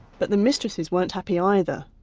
but the mistresses weren't happy either.